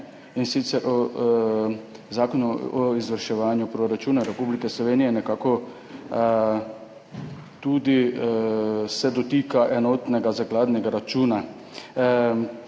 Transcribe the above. – Zakon o izvrševanju proračuna Republike Slovenije, nekako se tudi dotika enotnega zakladnega računa.